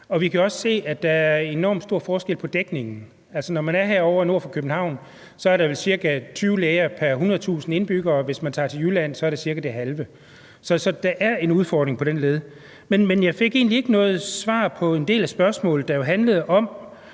Vi kan også se, at der er enormt stor forskel på dækningen. Herovre nord for København er der vel ca. 20 læger pr. 100.000 indbyggere, men hvis man tager til Jylland, er det cirka det halve. Så der er en udfordring på den led. Men jeg fik egentlig ikke noget svar på den del af spørgsmålet, der handlede om,